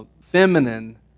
feminine